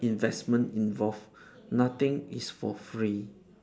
investment involved nothing is for free